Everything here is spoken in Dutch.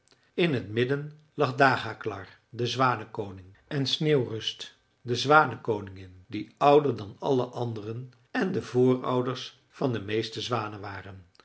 in het midden lag dagaklar de zwanenkoning en sneeuwrust de zwanenkoningin die ouder dan alle anderen en de voorouders van de meeste zwanen waren